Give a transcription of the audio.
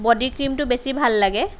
body ক্ৰীমটো বেছি ভাল লাগে